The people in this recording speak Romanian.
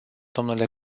domnule